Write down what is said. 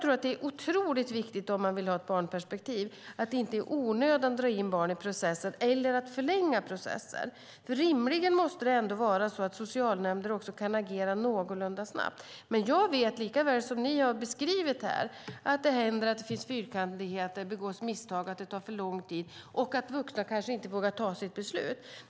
Om man vill ha ett barnperspektiv är det otroligt viktigt att inte i onödan dra in barn i processen eller att förlänga processer. Rimligen måste socialnämnden ändå kunna agera någorlunda snabbt. Jag vet dock lika väl som interpellanterna att det händer att det finns fyrkantigheter, att det begås misstag, att det tar för lång tid och att vuxna kanske inte vågar ta sitt beslut.